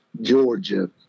Georgia